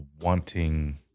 wanting